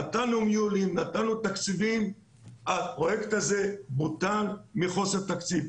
נתנו תקציבים והפרויקט הזה בוטל מחוסר תקציב.